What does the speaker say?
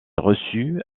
reçu